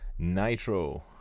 nitro